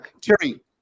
terry